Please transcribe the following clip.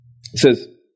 says